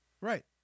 Right